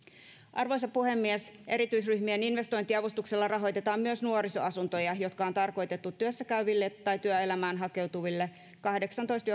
arvoisa puhemies erityisryhmien investointiavustuksella rahoitetaan myös nuorisoasuntoja jotka on tarkoitettu työssäkäyville tai työelämään hakeutuville kahdeksantoista